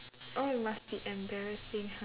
oh it must be embarrassing !huh!